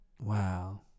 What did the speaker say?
Wow